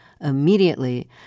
immediately